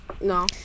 no